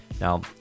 Now